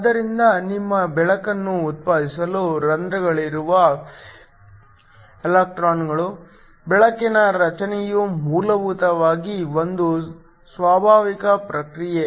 ಆದ್ದರಿಂದ ನಿಮ್ಮ ಬೆಳಕನ್ನು ಉತ್ಪಾದಿಸಲು ಹೋಲ್ ಗಳಲ್ಲಿರುವ ಎಲೆಕ್ಟ್ರಾನ್ ಗಳು ಬೆಳಕಿನ ರಚನೆಯು ಮೂಲಭೂತವಾಗಿ ಒಂದು ಸ್ವಾಭಾವಿಕ ಪ್ರಕ್ರಿಯೆ